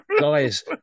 guys